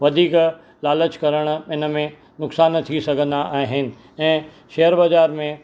वधीक लालच करणु इन में नुक़सान थी सघंदा आहिनि ऐं शेयर बाज़ारि में